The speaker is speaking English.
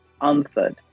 answered